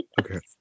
Okay